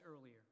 earlier